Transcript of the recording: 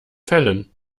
fällen